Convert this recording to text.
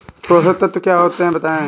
पोषक तत्व क्या होते हैं बताएँ?